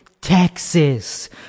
Texas